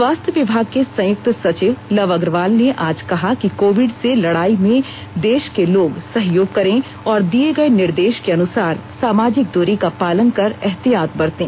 स्वास्थ्य विभाग के संयुक्त सचिव लव अग्रवाल ने आज कहा कि कोविड से लड़ाई में देष के लोग सहयोग करें और दिये गए निर्देष के अनुसार सामाजिक दुरी का पालन कर एहतियात बरतें